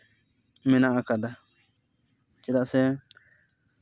ᱢᱮᱱᱟᱜ ᱟᱠᱟᱫᱟ ᱪᱮᱫᱟᱜ ᱥᱮ